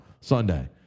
Sunday